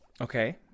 Okay